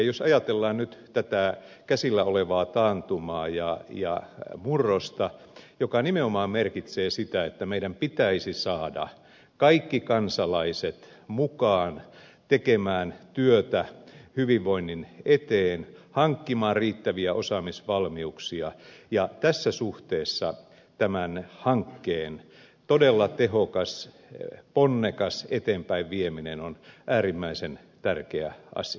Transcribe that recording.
jos ajatellaan nyt tätä käsillä olevaa taantumaa ja murrosta joka nimenomaan merkitsee sitä että meidän pitäisi saada kaikki kansalaiset mukaan tekemään työtä hyvinvoinnin eteen hankkimaan riittäviä osaamisvalmiuksia tässä suhteessa tämän hankkeen todella tehokas ponnekas eteenpäinvieminen on äärimmäisen tärkeä asia